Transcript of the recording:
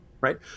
right